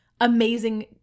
amazing